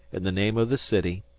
in the name of the city,